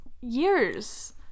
years